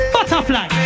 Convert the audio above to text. Butterfly